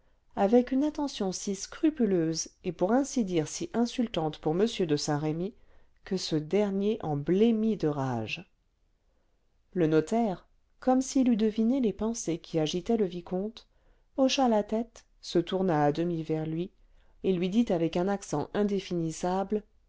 avec une attention si scrupuleuse et pour ainsi dire si insultante pour m de saint-remy que ce dernier en blêmit de rage le notaire comme s'il eût deviné les pensées qui agitaient le vicomte hocha la tête se tourna à demi vers lui et lui dit avec un accent indéfinissable